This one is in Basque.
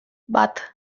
bat